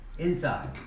Inside